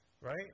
right